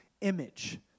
image